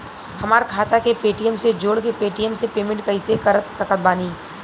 हमार खाता के पेटीएम से जोड़ के पेटीएम से पेमेंट कइसे कर सकत बानी?